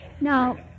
Now